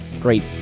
great